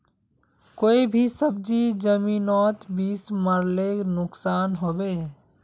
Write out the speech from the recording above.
कोई भी सब्जी जमिनोत बीस मरले नुकसान होबे?